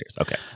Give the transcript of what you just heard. okay